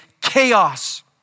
chaos